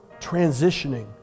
transitioning